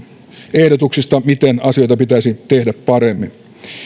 ehdotuksista miten asioita pitäisi tehdä paremmin